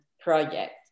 project